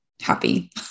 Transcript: happy